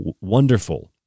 wonderful